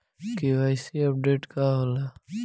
KYC updation का होला?